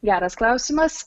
geras klausimas